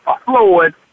Floyd